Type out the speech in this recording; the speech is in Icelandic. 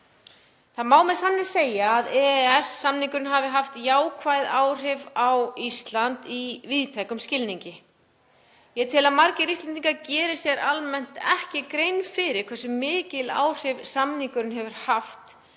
Það má með sanni segja að EES-samningurinn hafi haft jákvæð áhrif á Ísland í víðtækum skilningi. Ég tel að margir Íslendingar geri sér almennt ekki grein fyrir hversu mikil áhrif samningurinn hefur haft á